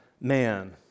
man